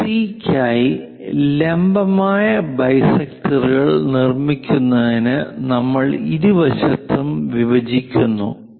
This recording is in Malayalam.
എസി ക്കായി ലംബമായ ബൈസെക്ടറുകൾ നിർമ്മിക്കുന്നതിന് നമ്മൾ ഇരുവശത്തും വിഭജിക്കുന്നു